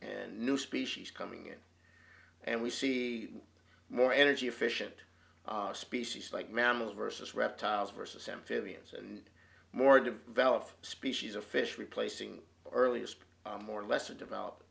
and new species coming in and we see more energy efficient species like mammals versus reptiles versus amphibians and more developed species of fish replacing earliest or lesser dev